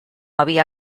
havia